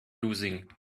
losing